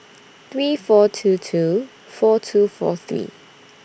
three four two two four two four three